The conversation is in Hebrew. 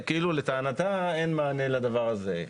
ולטענתה אין מענה לדבר הזה.